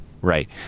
Right